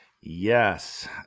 Yes